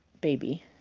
baby